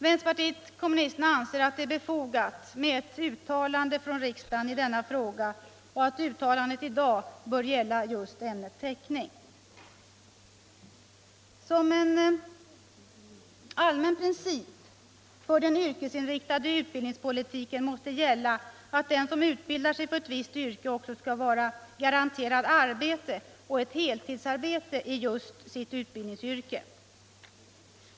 Vpk anser att det är befogat med ett uttalande från riksdagen i denna fråga och att uttalandet i dag bör gälla just ämnet teckning. Som en allmän princip för den yrkesinriktade utbildningspolitiken måste gälla att den som utbildar sig för ett visst yrke också skall vara garanterad arbete — ett heltidsarbete — i just sitt utbildningsyrke.